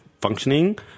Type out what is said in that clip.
functioning